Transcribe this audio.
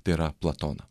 tai yra platoną